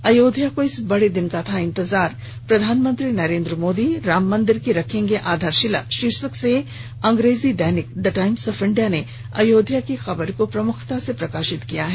अयोध्या को इस बड़े दिन का था इंतजार प्रधानमंत्री नरेंद्र मोदी राम मंदिर की रखेंगे आधारशिला शीर्षक से अंग्रेजी दैनिक द टाइम्स ऑफ इंडिया ने अयोध्या की खबर को प्रमुखता से प्रकाशित किया है